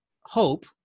hope